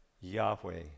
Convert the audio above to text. Yahweh